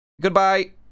Goodbye